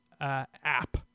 app